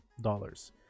dollars